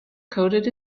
coded